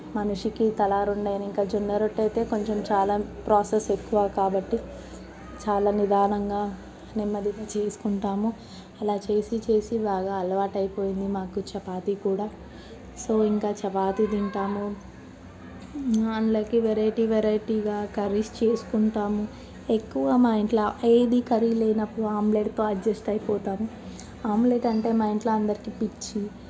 మనిషికి తలా రెండు అయినాక జొన్న రొట్టె అయితే కొంచెం చాలా ప్రాసెస్ ఎక్కువ కాబట్టి చాలా నిదానంగా నెమ్మదిగా చేసుకుంటాము అలా చేసి చేసి బాగా అలవాటైపోయింది మాకు చపాతి కూడా సో ఇంకా చపాతి తింటాము దాంట్లోకి వెరైటీ వెరైటీగా కర్రీ చేసుకుంటాము ఎక్కువ మా ఇంట్లో ఏది కర్రీ లేనప్పుడు ఆమ్లెట్తో అడ్జస్ట్ అయిపోతాను ఆమ్లెట్ అంటే మా ఇంట్లో అందరికీ పిచ్చి